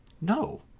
No